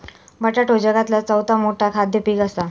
बटाटो जगातला चौथा मोठा खाद्य पीक असा